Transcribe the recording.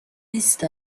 نیست